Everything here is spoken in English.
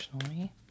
emotionally